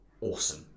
awesome